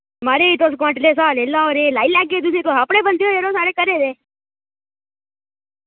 माराज तुस क्वांटले स्हाब ले लाओ रेट लाई लैगे तुसें तुस अपने बंदे ओ यरो साढ़े घरे दे